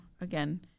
again